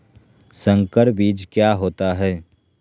संकर बीज क्या होता है?